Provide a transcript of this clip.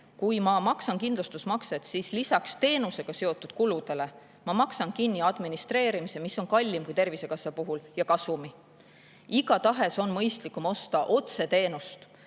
kui ma maksan kindlustusmakset, siis lisaks teenusega seotud kuludele ma maksan kinni administreerimise, mis on kallim kui Tervisekassa puhul, ja kasumi. Igatahes on mõistlikum osta otse teenust